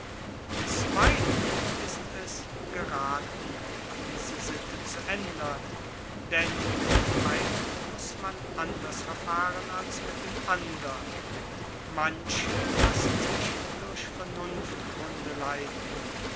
bisweilen ist es gerathen diese sitte zu ändern denn mit dem einen muß man anders verfahren als mit dem andern manche lassen sich durch vernunftgründe leiten